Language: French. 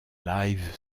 live